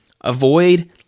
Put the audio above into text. Avoid